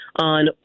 on